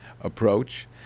approach